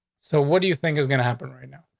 so what do you think is gonna happen right now?